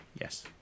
yes